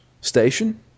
station